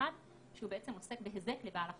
451 שעוסק בהיזק לבעל חיים,